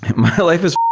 my life is